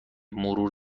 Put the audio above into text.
مرور